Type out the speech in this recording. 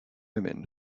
women